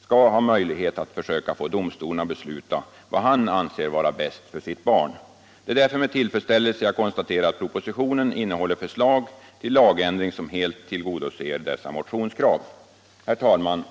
skall ha möjlighet att försöka få domstolen att besluta vad han anser vara bäst för sitt barn. Det är därför med tillfredsställelse jag konstaterar att propositionen innehåller förslag till lagändring som helt tillgodoser dessa motionskrav. Herr talman!